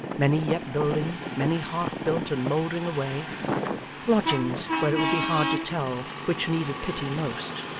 many yet building, many half-built and mouldering away lodgings, where it would be hard to tell which needed pity most,